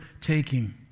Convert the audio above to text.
taking